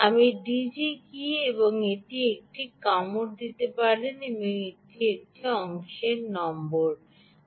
আপনি ডিজি কী এবং এটি থেকে কামড় দিতে পারেন একটি অংশ নম্বর আছে